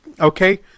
okay